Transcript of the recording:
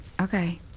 Okay